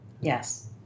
Yes